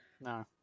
No